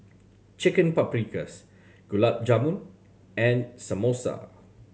Chicken Paprikas Gulab Jamun and Samosa